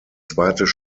zweites